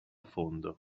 fondo